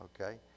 Okay